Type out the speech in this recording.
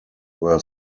were